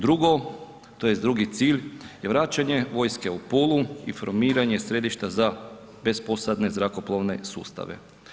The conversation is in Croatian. Drugo tj. drugi cilj je vraćanje vojske u Pulu i formiranje središta za bezposadne zrakoplovne sustave.